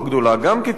גם כקולקטיב,